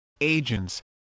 agents